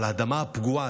אבל האדמה הפגועה,